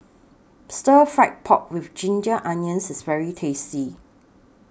Stir Fry Pork with Ginger Onions IS very tasty